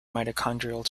mitochondrial